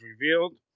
revealed